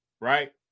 Right